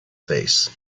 face